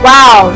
Wow